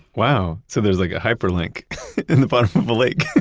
wow. so there's like a hyperlink in the bottom of a lake